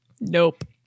Nope